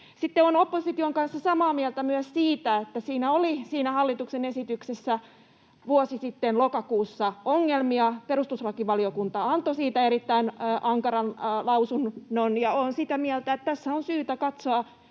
Sitten olen opposition kanssa samaa mieltä myös siitä, että siinä hallituksen esityksessä vuosi sitten lokakuussa oli ongelmia. Perustuslakivaliokunta antoi siitä erittäin ankaran lausunnon, ja olen sitä mieltä, että tässä on syytä katsoa